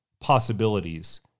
possibilities